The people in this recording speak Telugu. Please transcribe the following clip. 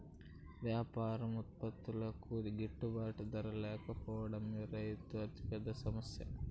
వ్యవసాయ ఉత్పత్తులకు గిట్టుబాటు ధర లేకపోవడమే రైతుల అతిపెద్ద సమస్య